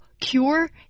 cure